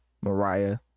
Mariah